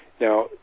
Now